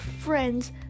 friends